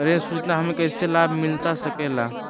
ऋण सूचना हमें कैसे लाभ मिलता सके ला?